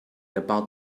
about